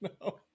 No